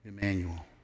Emmanuel